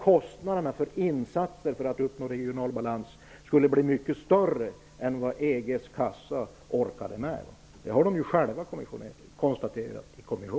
Kostnaderna för insatser för att uppnå regional balans skulle bli mycket större än vad EG:s kassa orkade med. Kommissionen har konstaterat detta.